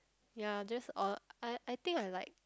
ya just all I I think I like